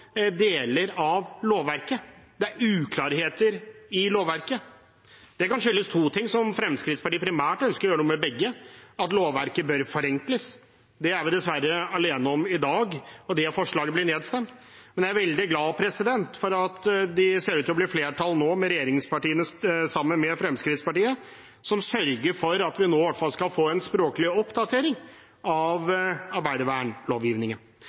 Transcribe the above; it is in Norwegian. deler av lovverket. Det er uklarheter i lovverket. Det kan skyldes to ting, og Fremskrittspartiet ønsker primært å gjøre noe med begge. At lovverket bør forenkles, er vi dessverre alene om i dag, det forslaget blir nedstemt, men jeg er veldig glad for at det ser ut til å bli et flertall – regjeringspartiene sammen med Fremskrittspartiet – som sørger for at vi nå i hvert fall skal få en språklig oppdatering av arbeidervernlovgivningen.